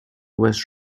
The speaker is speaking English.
was